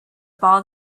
ball